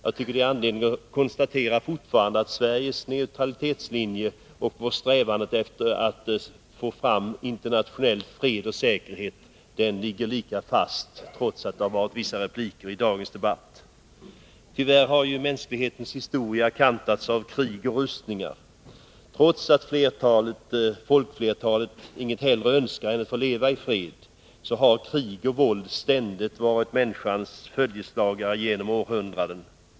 Det finns anledning att konstatera att Sveriges neutralitetslinje och vår strävan efter internationell fred och säkerhet fortfarande ligger lika fast, trots vissa repliker i dagens debatt. Tyvärr har mänsklighetens historia kantats av krig och rustningar. Trots att folkflertalet inget hellre önskar än att få leva i fred, har krig och våld ständigt varit människans följeslagare genom århundradena.